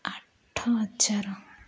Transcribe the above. ଆଠ ହଜାର